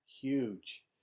Huge